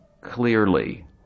clearly